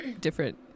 different